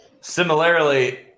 similarly